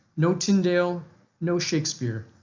no tyndale no shakespeare,